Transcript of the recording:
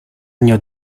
año